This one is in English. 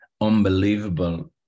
unbelievable